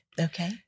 Okay